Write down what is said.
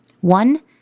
One